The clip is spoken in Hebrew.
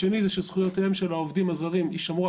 השני הוא שזכויות העובדים הזרים יישמרו,